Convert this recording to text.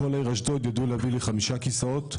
הביאו לי חמישה כיסאות,